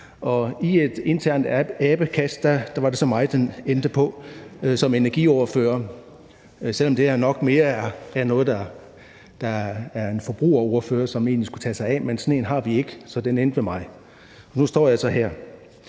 I et internt abekast var det så mig, det endte hos som energiordfører, selv om det her nok mere er noget, som en forbrugerordfører egentlig skulle tage sig af, men sådan en har vi ikke, så det endte hos mig, og nu står jeg så her.